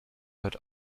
hört